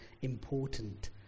important